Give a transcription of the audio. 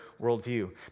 worldview